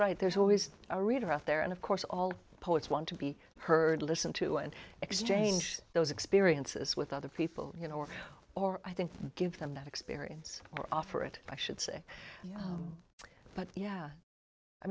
right there's always a reader out there and of course all poets want to be heard listen to and exchange those experiences with other people you know or i think give them that experience or offer it i should say but yeah i